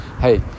hey